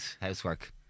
housework